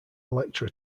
electra